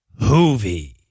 Hoovy